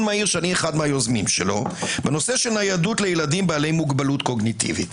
מהיר שאני אחד מיוזמיו בנושא של ניידות לילדים בעלי מוגבלות קוגניטיבית.